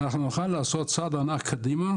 אנחנו נוכל לעשות צעד ענק קדימה.